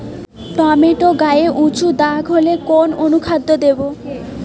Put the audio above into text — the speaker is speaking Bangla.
টমেটো গায়ে উচু দাগ হলে কোন অনুখাদ্য দেবো?